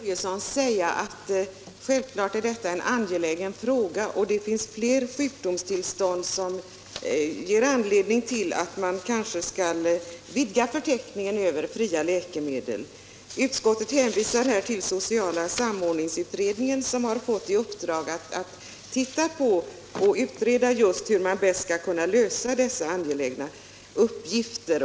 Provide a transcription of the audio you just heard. Herr talman! Självfallet är detta, herr Börjesson i Falköping, en angelägen fråga. Det finns flera sjukdomstillstånd som kan ge anledning till att man vidgar förteckningen över fria läkemedel. Utskottet hänvisar till sociala samordningsutredningen, som har fått i uppdrag att utreda just hur man bäst skall kunna lösa dessa angelägna uppgifter.